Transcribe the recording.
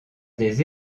des